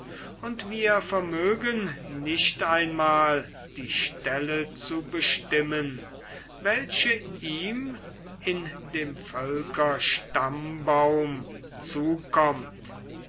und wir vermögen nicht einmal die stelle zu bestimmen welche ihm in dem völkerstammbaum zukommt